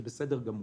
זה בסדר גמור.